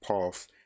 path